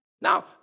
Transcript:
Now